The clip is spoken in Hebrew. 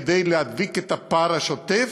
כדי להדביק את הפער השוטף.